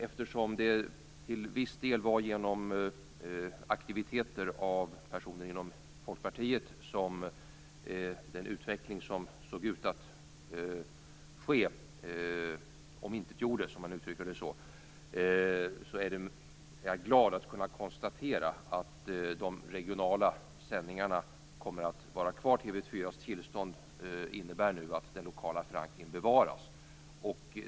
Eftersom det till en viss del var genom aktiviteter av personer inom Folkpartiet som den utveckling som såg ut att ske omintetgjordes, är jag glad att kunna konstatera att de regionala sändningarna kommer att vara kvar vid TV 4:s tillstånd. Det innebär att den lokala förankringen bevaras.